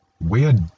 weird